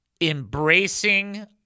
embracing